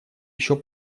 еще